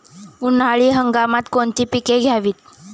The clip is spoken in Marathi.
उन्हाळी हंगामात कोणती पिके घ्यावीत?